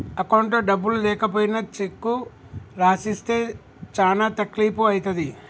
అకౌంట్లో డబ్బులు లేకపోయినా చెక్కు రాసిస్తే చానా తక్లీపు ఐతది